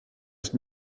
ist